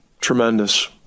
tremendous